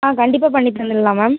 ஆ கண்டிப்பாக பண்ணித் தந்துடலாம் மேம்